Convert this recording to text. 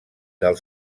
del